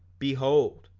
behold,